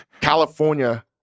California